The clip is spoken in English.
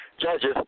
Judges